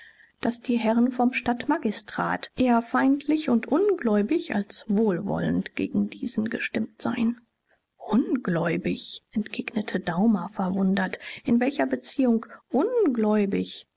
daß die herren vom stadtmagistrat eher feindlich und ungläubig als wohlwollend gegen diesen gestimmt seien ungläubig entgegnete daumer verwundert in welcher beziehung